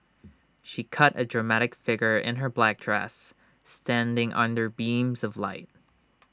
she cut A dramatic figure in her black dress standing under beams of light